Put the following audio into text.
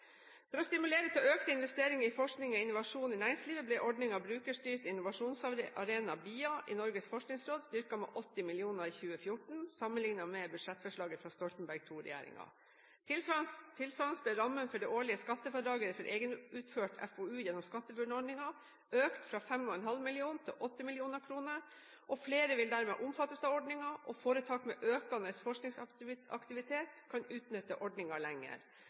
For å stimulere til økte investeringer i forskning og innovasjon i næringslivet ble ordningen Brukerstyrt innovasjonsarena, BIA, i Norges forskningsråd styrket med 80 mill. kr i 2014 sammenlignet med budsjettforslaget fra Stoltenberg II-regjeringen. Tilsvarende ble rammene for det årlige skattefradraget for egenutført FoU gjennom skatteFUNN-ordningen økt fra 5,5 mill. kr til 8 mill. kr. Flere vil dermed omfattes av ordningen, og foretak med økende forskningsaktivitet kan utnytte ordningen lenger.